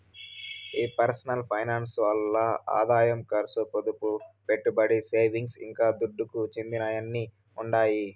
ఈ personal finance ల్ల ఆదాయం కర్సు, పొదుపు, పెట్టుబడి, సేవింగ్స్, ఇంకా దుడ్డుకు చెందినయ్యన్నీ ఉండాయి